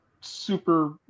super